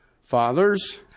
Fathers